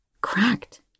cracked